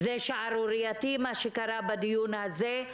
זה שערורייתי מה שקרה בדיון הזה.